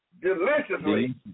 deliciously